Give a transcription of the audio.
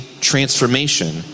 transformation